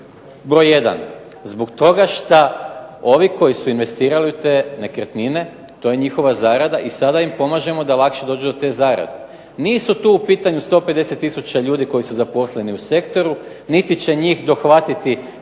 Broj 1, zbog toga što ovi koji su investirali u te nekretnine to je njihova zarada i sada im pomažemo da lakše dođu do te zarade. Nisu tu u pitanju 150 tisuća ljudi koji su zaposleni u sektoru, niti će njih dohvatiti. Jer ovih